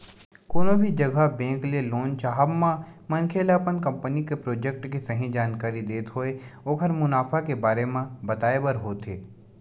कोनो भी जघा बेंक ले लोन चाहब म मनखे ल अपन कंपनी के प्रोजेक्ट के सही जानकारी देत होय ओखर मुनाफा के बारे म बताय बर होथे